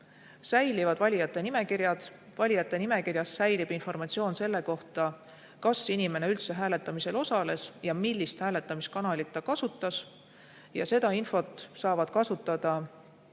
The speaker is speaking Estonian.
Säilivad valijate nimekirjad. Valijate nimekirjas säilib informatsioon selle kohta, kas inimene üldse hääletamisel osales ja millist hääletamiskanalit ta kasutas. Ja seda infot saavad kasutada